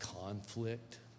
conflict